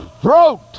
throat